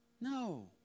No